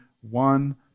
one